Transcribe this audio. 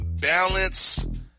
Balance